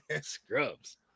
Scrubs